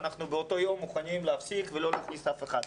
אנחנו באותו יום מוכנים להפסיק ולא להכניס אף אחד.